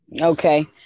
Okay